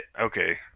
Okay